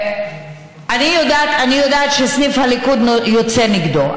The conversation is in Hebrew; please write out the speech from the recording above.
אני יודעת שסניף הליכוד יוצא נגדו,